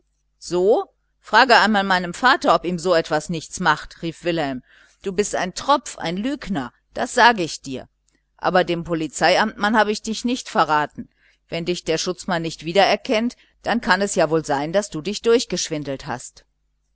so frage einmal meinen vater ob ihm so etwas nichts macht rief wilhelm du bist ein tropf ein lügner das sage ich dir aber dem polizeiamtmann habe ich dich nicht verraten wenn dich der schutzmann nicht wieder erkennt dann kann es ja wohl sein daß du dich durchgeschwindelt hast